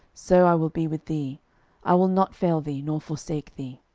so i will be with thee i will not fail thee, nor forsake thee.